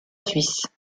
suisse